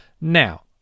Now